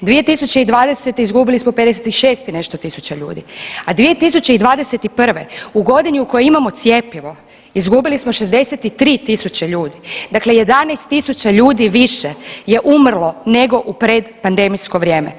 2020. izgubili smo 56 i nešto tisuća ljudi, a 2021. u godini u kojoj imamo cjepivo izgubili smo 63.000 ljudi, dakle 11.000 ljudi više je umrlo nego u predpandemijsko vrijeme.